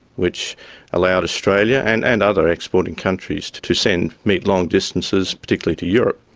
which allowed australia and and other exporting countries, to to send meat long distances, particularly to europe.